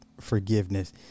forgiveness